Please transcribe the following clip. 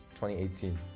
2018